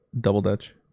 double-dutch